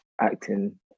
acting